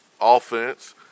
offense